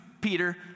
Peter